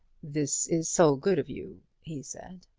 this is so good of you, he said.